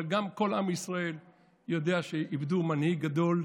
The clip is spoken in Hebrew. אבל גם כל עם ישראל יודע שאיבדו מנהיג גדול,